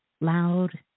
loud